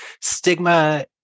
stigma